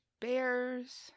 bears